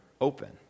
open